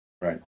Right